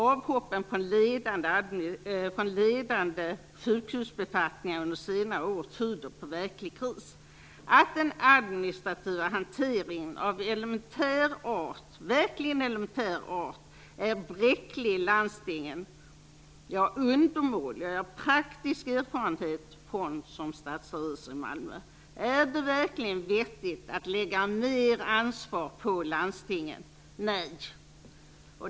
Avhoppen från ledande sjukhusbefattningar under senare år tyder på verklig kris. Att den administrativa hanteringen av elementär art - verkligen elementär art - är bräcklig i landstingen, ja, undermålig, har jag praktisk erfarenhet från som stadsrevisor i Malmö. Är det verkligen vettigt att lägga mer ansvar på landstingen? Nej!